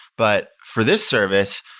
but for this service,